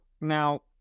Now